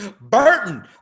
Burton